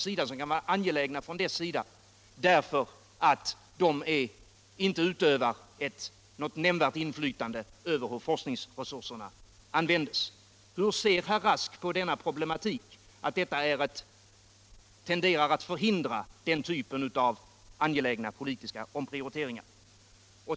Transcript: Svensk arbetarrörelse utövar ju inte något nämnvärt inflytande på hur forskningsresurserna används. Min första fråga är då: Hur ser herr Rask på problemet att detta tenderar att förhindra angelägna politiska omprioriteringar?